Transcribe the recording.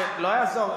לא יעזור,